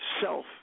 self